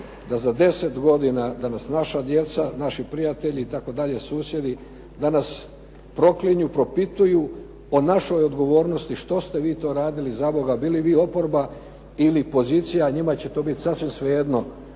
da za 10 godina, da nas naša djeca, naši prijatelji itd., susjedi da nas proklinju, propituju o našoj odgovornosti što ste vi to radili zaboga, bili vi oporba ili pozicija, njima će to biti sasvim svejedno,